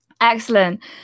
Excellent